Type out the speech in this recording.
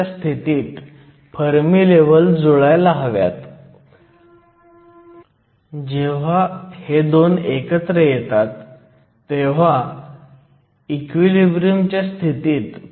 थेट फॉर्म्युला प्रतिस्थापनाद्वारे दिलेली एकूण डिप्लीशन रुंदी पुन्हा वापरली जाते